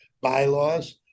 bylaws